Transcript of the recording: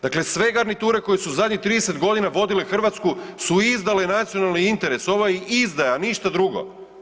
Dakle, sve garniture koje su zadnjih 30 godina vodila Hrvatsku su izdale nacionalni interes, ovo je izdaja, ništa drugo.